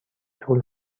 طول